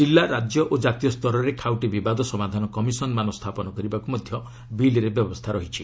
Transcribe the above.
ଜିଲ୍ଲା ରାଜ୍ୟ ଓ ଜାତୀୟ ସ୍ତରରେ ଖାଉଟି ବିବାଦ ସମାଧାନ କମିଶନ୍ମାନ ସ୍ଥାପନ କରିବାକୁ ମଧ୍ୟ ବିଲ୍ରେ ବ୍ୟବସ୍ଥା ରହିଛି